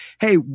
hey